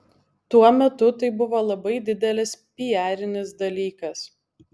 tuo metu tai buvo labai didelis piarinis dalykas